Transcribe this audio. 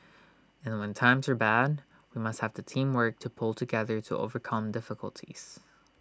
and when times are bad we must have the teamwork to pull together to overcome difficulties